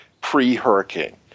pre-Hurricane